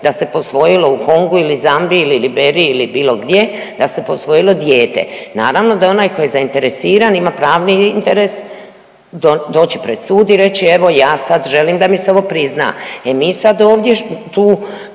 da se posvojilo u Kongu ili Zambiji ili Liberiji ili bilo gdje da se posvojilo dijete. Naravno da onaj ko je zainteresiran ima pravni interes doći pred sud i reći evo ja sad želim da mi se ovo prizna. E mi sad ovdje tu